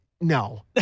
no